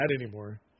anymore